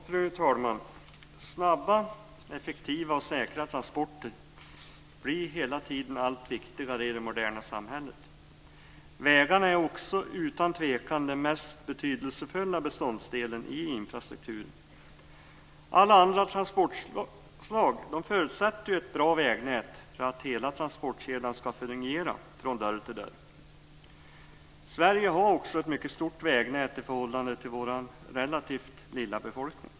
Fru talman! Snabba, effektiva och säkra transporter blir hela tiden allt viktigare i det moderna samhället. Vägarna är också utan tvekan den mest betydelsefulla beståndsdelen i infrastrukturen. Alla andra transportslag förutsätter ett bra vägnät för att hela transportkedjan ska fungera från dörr till dörr. Sverige har också ett mycket stort vägnät i förhållande till en relativt liten befolkning.